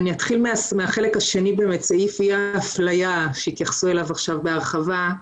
אתחיל מהחלק השני סעיף אי-האפליה שהתייחסו אליו עכשיו בהרחבה.